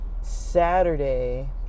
Saturday